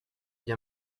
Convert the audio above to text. bien